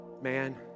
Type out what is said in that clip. Man